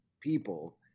people